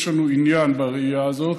יש לנו עניין ברעייה הזאת,